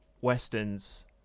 westerns